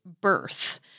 birth